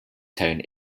tone